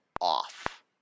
off